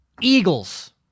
Eagles